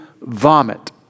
vomit